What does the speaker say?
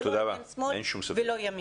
זה לא ימין ולא שמאל.